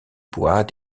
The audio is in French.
bois